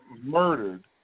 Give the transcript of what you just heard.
murdered